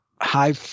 high